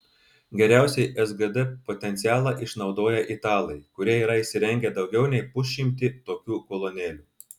geriausiai sgd potencialą išnaudoja italai kurie yra įsirengę daugiau nei pusšimtį tokių kolonėlių